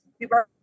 people